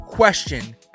Question